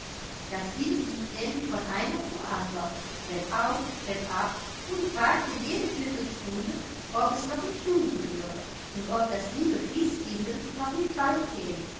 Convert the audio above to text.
das kind lief nämlich von einer zur andern treppauf treppab und fragte jede viertelstunde ob es noch nicht dunkel würde und ob das liebe christkindl noch nit bald käm